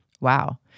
Wow